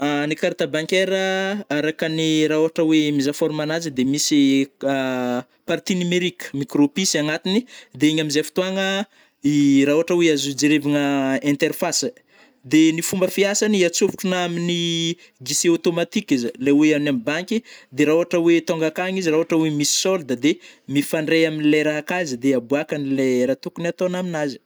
Ny carte bancaire a arakany rah ôhatra oe mizaha forme nazy de misy a partie numerique micropisy agnatiny de igny amzay ftoagana i rah ôhatra oe azo ijerevagna interface de ny fomba fiasany atsôftrnah aminy guichet automatiky izy ai le oe any am banky de ra ôhatra oe tônga akany izy rah ôhatra oe misy solde de mifandray amle raha akà izy de aboakany le rah tokony atanah aminazy.